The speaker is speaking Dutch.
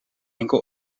enkel